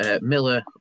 Miller